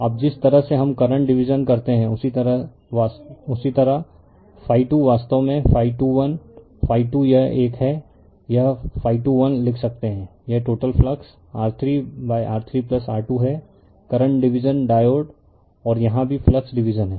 अब जिस तरह से हम करंट डिवीज़न करते हैं उसी तरह ∅2 वास्तव में ∅21∅2 यह एक है यह ∅21 लिख सकते है यह टोटल फ्लक्स R3R3R2 है करंट डिवीज़न डायोड और यहाँ भी फ्लक्स डिवीजन है